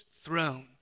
throne